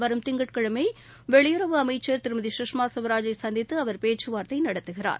வரும் திங்கட்கிழமை வெளியுறவு அமைச்ச்ர் திருமதி கஷ்மா ஸ்வராஜை சந்தித்து பேச்சுவார்த்தை நடத்துகிறார்